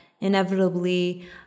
inevitably